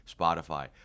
spotify